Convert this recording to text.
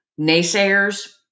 naysayers